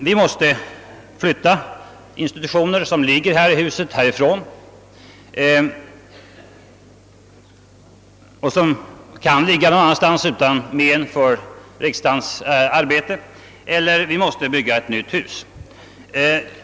Vi måste flytta institutioner som utan men för riksdagens arbete kan ligga någon annanstans, eller också måste vi bygga ett nytt hus.